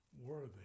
worthy